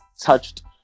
touched